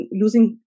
losing